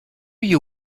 you